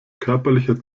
körperlicher